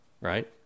Right